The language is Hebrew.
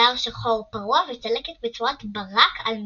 שיער שחור פרוע וצלקת בצורת מכת ברק על מצחו.